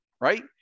right